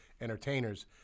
entertainers